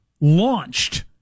launched